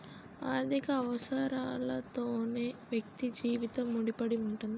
ఆర్థిక అవసరాలతోనే వ్యక్తి జీవితం ముడిపడి ఉంటుంది